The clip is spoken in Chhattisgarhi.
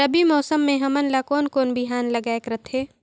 रबी मौसम मे हमन ला कोन कोन बिहान लगायेक रथे?